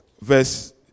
Verse